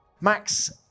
Max